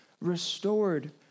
restored